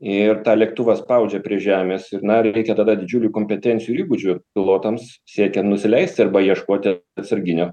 ir tą lėktuvą spaudžia prie žemės ir na reikia tada didžiulių kompetencijų įgūdžių pilotams siekian nusileisti arba ieškoti atsarginio